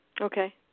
okay